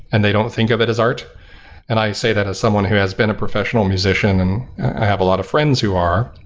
and they don't think of it as art and i say that as someone who has been a professional musician, and i have a lot of friends who are,